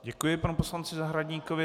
Děkuji panu poslanci Zahradníkovi.